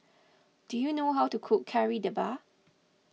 do you know how to cook Kari Debal